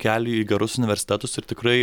keliui į gerus universitetus ir tikrai